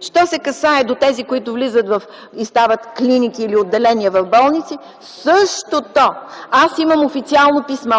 Що се касае до тези, които стават клиники или отделения в болници – същото! Аз имам официално писмо